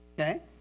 Okay